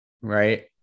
Right